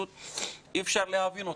אי-אפשר להבין אותה.